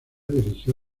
dirigió